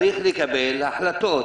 צריך לקבל החלטות.